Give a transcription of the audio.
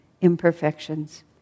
imperfections